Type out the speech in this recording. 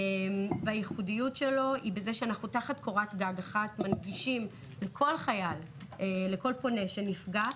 הייחודיות שלו היא בכך שאנחנו מנגישים לכל חייל ופונה שנפגע,